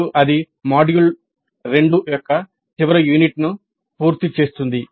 ఇప్పుడు అది మాడ్యూల్ 2 యొక్క చివరి యూనిట్ను పూర్తి చేస్తుంది